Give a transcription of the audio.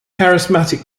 charismatic